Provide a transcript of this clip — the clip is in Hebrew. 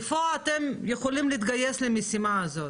איפה אתם יכולים להתגייס למשימה הזאת?